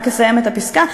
רק אסיים את הפסקה.